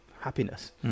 happiness